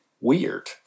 weird